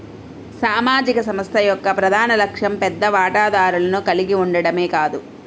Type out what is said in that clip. సామాజిక సంస్థ యొక్క ప్రధాన లక్ష్యం పెద్ద వాటాదారులను కలిగి ఉండటమే కాదు